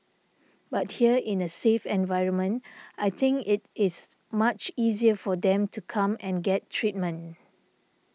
but here in a safe environment I think it is much easier for them to come and get treatment